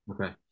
Okay